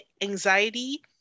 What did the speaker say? anxiety